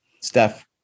Steph